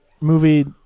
movie